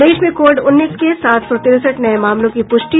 प्रदेश में कोविड उन्नीस के सात सौ तिरेसठ नये मामलों की पुष्टि